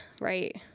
right